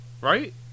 right